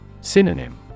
Synonym